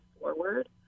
forward